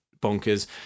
bonkers